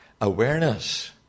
awareness